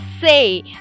say